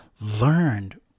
learned